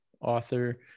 author